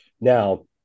Now